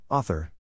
Author